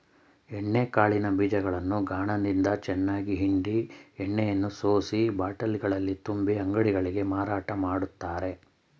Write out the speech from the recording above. ಎಣ್ಣೆ ಕಾಳಿನ ಬೀಜಗಳನ್ನು ಗಾಣದಿಂದ ಚೆನ್ನಾಗಿ ಹಿಂಡಿ ಎಣ್ಣೆಯನ್ನು ಸೋಸಿ ಬಾಟಲಿಗಳಲ್ಲಿ ತುಂಬಿ ಅಂಗಡಿಗಳಿಗೆ ಮಾರಾಟ ಮಾಡ್ತರೆ